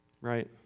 Right